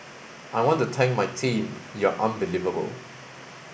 I want to thank my team you're unbelievable